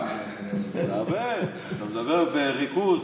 אתה מדבר בריכוז.